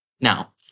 Now